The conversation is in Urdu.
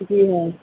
جی ہاں